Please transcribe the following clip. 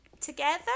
together